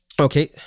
Okay